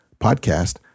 podcast